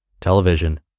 television